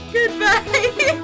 Goodbye